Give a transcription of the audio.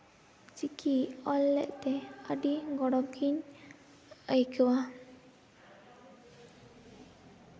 ᱪᱤᱠᱤ ᱚᱞ ᱞᱮᱫ ᱛᱮ ᱟᱹᱰᱤ ᱜᱚᱨᱚᱵᱽ ᱜᱮᱧ ᱟᱹᱭᱠᱟᱹᱣᱟ